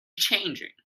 changing